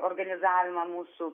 organizavimą mūsų